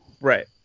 right